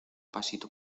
pasito